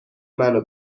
منو